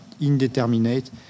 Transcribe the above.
indeterminate